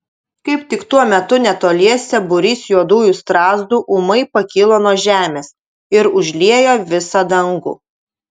kaip tik tuo metu netoliese būrys juodųjų strazdų ūmai pakilo nuo žemės ir užliejo visą dangų